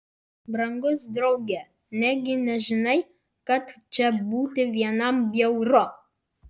brangus drauge negi nežinai kad čia būti vienam bjauru